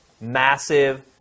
massive